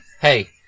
hey